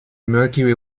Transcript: mercury